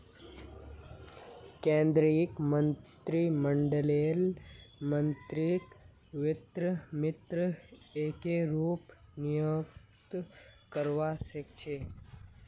केन्द्रीय मन्त्रीमंडललेर मन्त्रीकक वित्त मन्त्री एके रूपत नियुक्त करवा सके छै